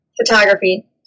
Photography